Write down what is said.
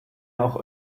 auch